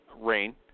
rain